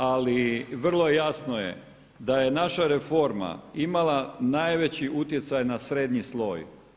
Ali vrlo jasno je da je naša reforma imala najveći utjecaj na srednji sloj.